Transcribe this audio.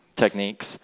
techniques